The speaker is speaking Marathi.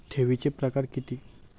ठेवीचे प्रकार किती?